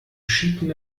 cheaten